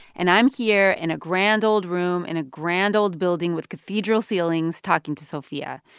and i'm here in a grand old room in a grand old building with cathedral ceilings talking to sofia.